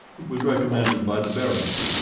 he was recommended by the barings,